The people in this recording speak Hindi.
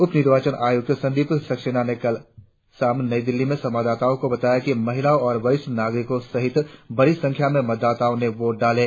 उप निर्वाचन आयुक्त संदीप सक्सेना ने कल शाम नई दिल्ली में संवाददाताओं को बताया कि महिलाओं और वरिष्ठ नागरिकों सहित बड़ी संख्या में मतदाताओं ने वोट डाले